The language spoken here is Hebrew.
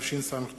התשס”ט